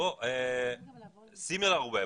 סימילר ווב,